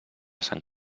sant